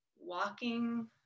walking